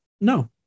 No